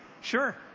sure